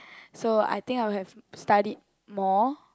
so I think I'll have studied more